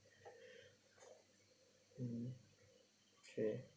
mm okay